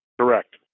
Correct